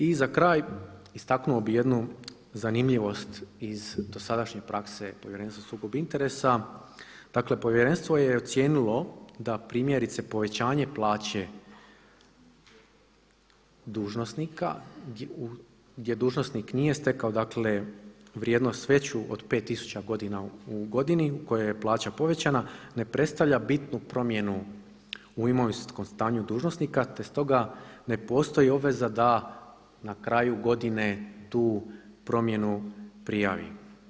I za kraj, istaknuo bi jednu zanimljivost iz dosadašnje prakse Povjerenstva za sukob interesa, dakle povjerenstvo je ocijenilo da primjerice povećanje plaće dužnosnika gdje dužnosnik nije stekao vrijednost veću od pet tisuća u godini u kojoj je plaća povećanja, ne predstavlja bitnu promjenu u imovinskom stanju dužnosnika, te stoga ne postoji obveza da na kraju godine tu promjenu prijavi.